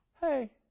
Hey